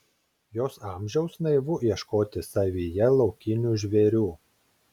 jos amžiaus naivu ieškoti savyje laukinių žvėrių